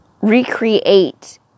recreate